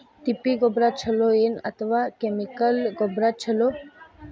ತಿಪ್ಪಿ ಗೊಬ್ಬರ ಛಲೋ ಏನ್ ಅಥವಾ ಕೆಮಿಕಲ್ ಗೊಬ್ಬರ ಛಲೋ?